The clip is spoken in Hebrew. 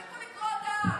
תפסיקו לקרוע את העם.